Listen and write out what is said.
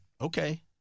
Okay